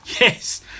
Yes